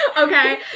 Okay